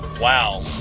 Wow